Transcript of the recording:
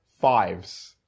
fives